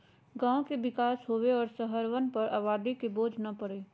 गांव के विकास होवे और शहरवन पर आबादी के बोझ न पड़ई